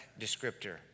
descriptor